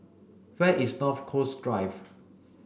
where is North Coast Drive